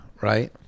right